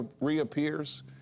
reappears